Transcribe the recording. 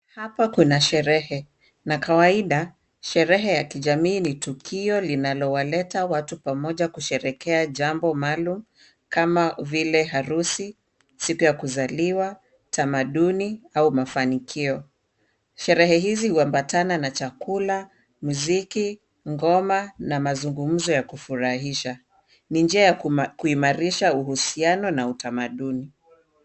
Hapa kuna sherehe, na kawaida sherehe ya kijamii ni tukio linalowaleta watu pamoja kusherekea jambo maalum kama vile harusi, siku ya kuzaliwa, tamaduni, au mafanikio. Sherehe hizi huambatana na chakula, muziki, ngoma, na mazungumzo ya kufurahisha. Ni njia ya kuimarisha uhusiano na utamaduni.